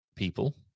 people